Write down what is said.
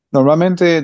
Normalmente